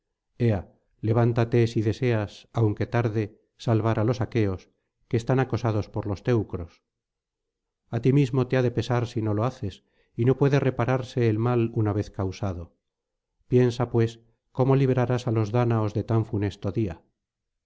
ea levántate si deseas aunque tarde salvar á los aqueos que están acosados por los teucros a ti mismo te ha de pesar si no lo haces y no puede repararse el mal una vez causado piensa pues cómo librarás á los dáñaos de tan funesto día